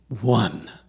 one